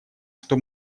что